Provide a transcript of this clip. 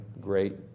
great